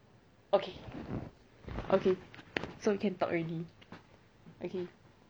okay okay so you can talk already okay